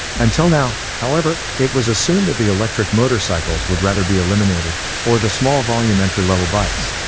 until now, however, it was assumed that the electric motorcycles would rather be eliminated, or the small volume entry-level bikes.